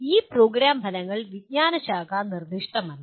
ഈ പ്രോഗ്രാം ഫലങ്ങൾ വിജ്ഞാനശാഖ നിർദ്ദിഷ്ടമല്ല